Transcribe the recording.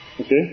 Okay